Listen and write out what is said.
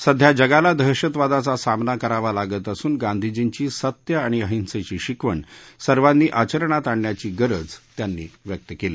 सध्या जगाला दहशतवादाचा सामना करावा लागत असून गांधीजींची सत्य आणि अहिंसेची शिकवण सर्वांनी आचरणात आणण्याची गरज त्यांनी व्यक्त केली